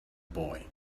boy